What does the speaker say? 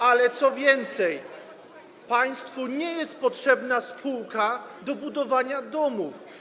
Ale co więcej, państwu nie jest potrzebna spółka do budowania domów.